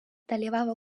dalyvavo